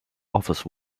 office